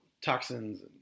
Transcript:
toxins